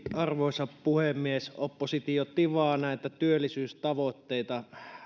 arvoisa puhemies oppositio tivaa näitä työllisyystavoitteita